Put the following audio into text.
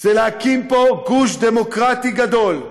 זה להקים פה גוש דמוקרטי גדול,